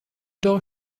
door